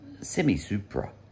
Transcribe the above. semi-supra